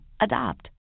Adopt